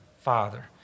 Father